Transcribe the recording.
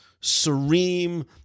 serene